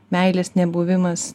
meilės nebuvimas